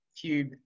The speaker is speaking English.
Cube